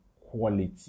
quality